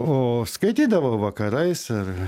o skaitydavau vakarais ir